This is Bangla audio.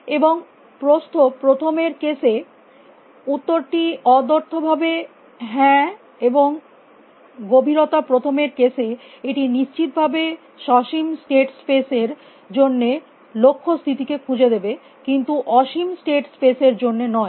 এবং প্রস্থ প্রথম এর কেসে উত্তরটি অদ্ব্যর্থকভাবে হ্যাঁ হবে এবং গভীরতা প্রথম এর কেসে এটি নিশ্চিতভাবে সসীম স্টেট স্পেস এর জন্য লক্ষ্য স্থিতিকে খুঁজে দেবে কিন্তু অসীম স্টেট স্পেস এর জন্য নয়